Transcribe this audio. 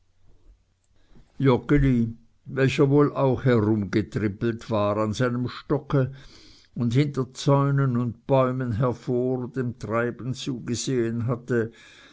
welcher wohl auch herumgetrippelt war an seinem stocke und hinter zäunen und bäumen hervor dem treiben zugesehen hatte